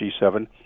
G7